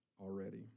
already